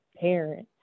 parents